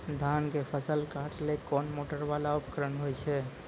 धान के फसल काटैले कोन मोटरवाला उपकरण होय छै?